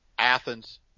Athens